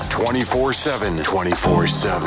24-7-24-7